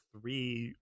three